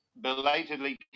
belatedly